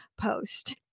Post